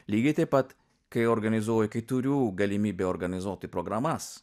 lygiai taip pat kai organizuoju kai turiu galimybę organizuoti programas